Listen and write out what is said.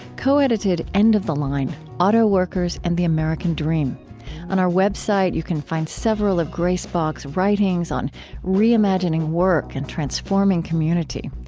co-edited end of the line autoworkers and the american dream on our website, you can find several of grace boggs' writings on reimagining work and transforming community.